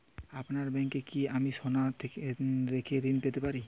আপনার ব্যাংকে কি আমি সোনা রেখে ঋণ পেতে পারি?